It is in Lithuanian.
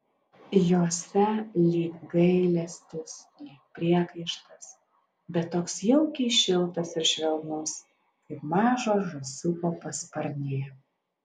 jose lyg gailestis lyg priekaištas bet toks jaukiai šiltas ir švelnus kaip mažo žąsiuko pasparnė